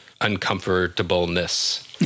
uncomfortableness